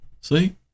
See